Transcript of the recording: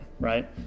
right